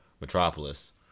Metropolis